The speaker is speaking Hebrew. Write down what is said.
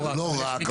לא רק.